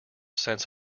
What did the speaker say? sense